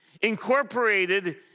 incorporated